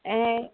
ऐं